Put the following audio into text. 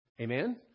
Amen